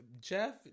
Jeff